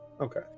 Okay